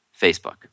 Facebook